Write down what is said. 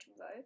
row